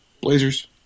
Blazers